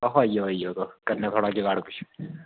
आई जाओ आई जाओ तुस करने आं थोह्ड़ा जुगाड़ किश